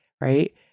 right